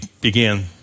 began